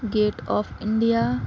gate of India